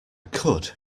could